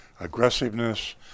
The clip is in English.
aggressiveness